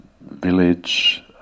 village